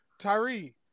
Tyree